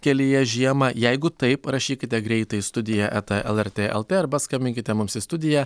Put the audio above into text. kelyje žiemą jeigu taip parašykite greitai studija eta lrt lt arba skambinkite mums į studiją